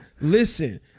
listen